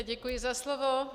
Děkuji za slovo.